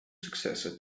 successor